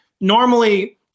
normally